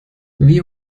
wie